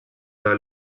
alla